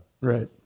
Right